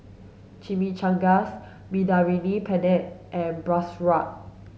Chimichangas Mediterranean Penne and Bratwurst